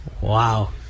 Wow